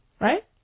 right